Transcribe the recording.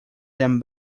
them